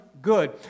good